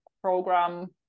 program